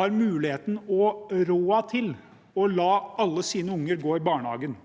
har mulighet og råd til å la alle sine unger gå i barnehagen.